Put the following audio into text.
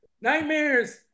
nightmares